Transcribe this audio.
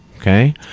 Okay